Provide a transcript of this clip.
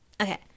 Okay